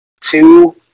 two